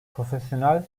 profesyonel